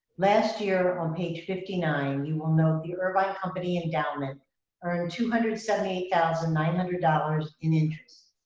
last year on page fifty nine you will note the irvine company endowment earned two hundred and seventy eight thousand nine hundred dollars in interest.